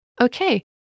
Okay